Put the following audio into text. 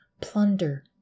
plunder